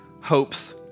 hopes